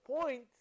point